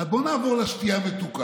אז בואו נעבור לשתייה המתוקה.